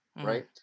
right